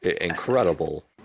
incredible